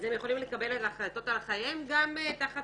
אז הם יכולים לקבל החלטות על חייהם גם תחת